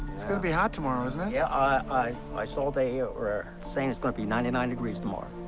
it's gonna be hot tomorrow, isn't it? yeah, i i saw they were saying it's gonna be ninety nine degrees tomorrow.